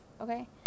Okay